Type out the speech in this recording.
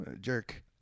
Jerk